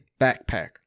backpack